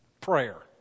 Prayer